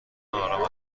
آرام